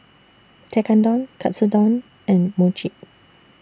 Tekkadon Katsudon and Mochi